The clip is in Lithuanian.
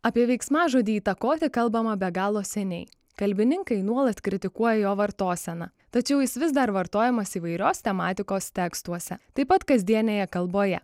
apie veiksmažodį įtakoti kalbama be galo seniai kalbininkai nuolat kritikuoja jo vartoseną tačiau jis vis dar vartojamas įvairios tematikos tekstuose taip pat kasdienėje kalboje